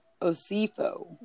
Osifo